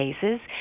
cases